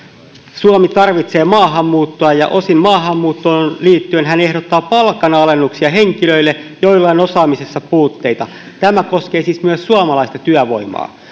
suomi tarvitsee maahanmuuttoa ja osin maahanmuuttoon liittyen hän ehdottaa palkanalennuksia henkilöille joilla on osaamisessa puutteita tämä koskee siis myös suomalaista työvoimaa